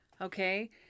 okay